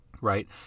right